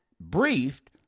briefed